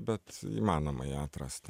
bet įmanoma ją atrasti